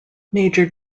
major